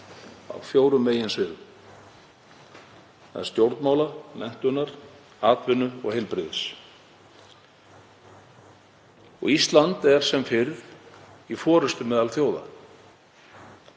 á fjórum meginsviðum; stjórnmála, menntunar, atvinnu og heilbrigðis. Ísland er sem fyrr í forystu meðal þjóða,